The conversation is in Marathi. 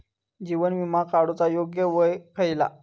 जीवन विमा काडूचा योग्य वय खयला?